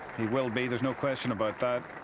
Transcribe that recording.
he will be. there's no question about that